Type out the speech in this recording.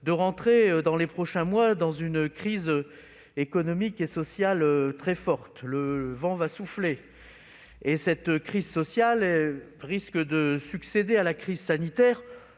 d'entrer dans les prochains mois dans une crise économique et sociale très forte. Le vent va souffler, car à la crise sanitaire risque de succéder une crise sociale-